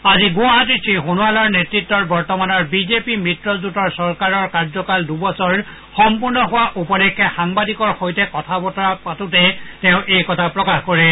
আজি গুৱাহাটীত শ্ৰীসোনোৱালৰ নেতৃত্বৰ বৰ্তমানৰ বিজেপিৰ মিত্ৰজোঁটৰ চৰকাৰৰ কাৰ্যকালৰ দূবছৰ সম্পূৰ্ণ হোৱাৰ উপলক্ষে সাংবাদিকৰ সৈতে পতা কথা বতৰাত তেওঁ এই কথা প্ৰকাশ কৰিছে